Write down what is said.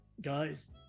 guys